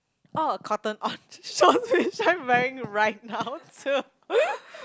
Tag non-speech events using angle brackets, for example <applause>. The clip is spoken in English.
orh cotton on <noise> shorts which I'm wearing right now too <laughs>